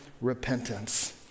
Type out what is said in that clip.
repentance